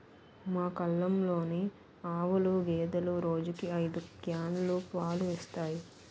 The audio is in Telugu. మా కల్లంలోని ఆవులు, గేదెలు రోజుకి ఐదు క్యానులు పాలు ఇస్తాయి